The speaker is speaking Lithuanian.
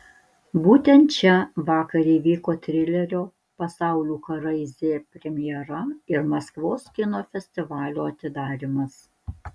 būtent čia vakar įvyko trilerio pasaulių karai z premjera ir maskvos kino festivalio atidarymas